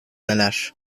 neler